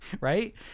right